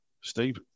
Steve